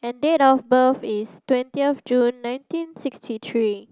and date of birth is twentieth June nineteen sixty three